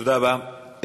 תודה רבה.